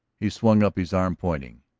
he swung up his arm, pointing.